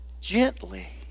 gently